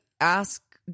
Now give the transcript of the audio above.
ask